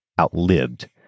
outlived